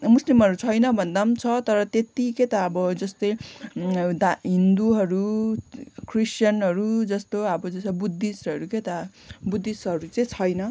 मुस्लिमहरू छैन भन्दा पनि छ तर त्यति के त अब जस्तै दा हिन्दुहरू क्रिस्चियनहरू जस्तो अब जस्तो बुद्धिस्टहरू क्या त बुद्धिस्टहरू चाहिँ छैन